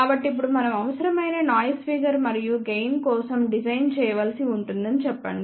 కాబట్టి ఇప్పుడు మనం అవసరమైన నాయిస్ ఫిగర్ మరియు గెయిన్ కోసం డిజైన్ చేయవలసి ఉంటుందని చెప్పండి